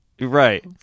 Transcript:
right